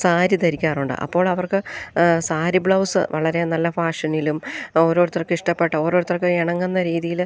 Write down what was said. സാരി ധരിക്കാറുണ്ട് അപ്പോഴവർക്ക് സാരി ബ്ലൗസ് വളരെ നല്ല ഫാഷനിലും ഓരോരുത്തർക്കിഷ്ടപ്പെട്ട ഓരോരുത്തർക്ക് ഇണങ്ങുന്ന രീതിയിൽ